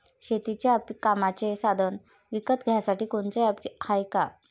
शेतीच्या कामाचे साधनं विकत घ्यासाठी कोनतं ॲप हाये का?